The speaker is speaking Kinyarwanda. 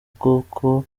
ubwoko